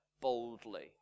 boldly